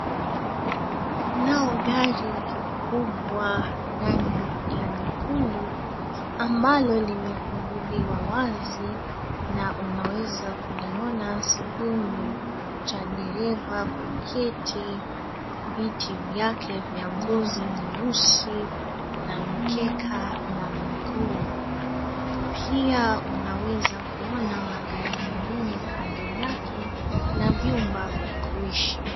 Kunao gari kikubwa rangi ya nyekundu, ambalo limefunguliwa wazi na unaweza kuliona sehemu cha dereva kuketi, viti vyake vya ngozi nyeusi na mkeka ya miguu. Pia unaweza kuona magari mengine kando yake na vyumba vya kuishi.